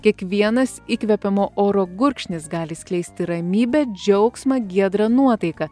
kiekvienas įkvepiamo oro gurkšnis gali skleisti ramybę džiaugsmą giedrą nuotaiką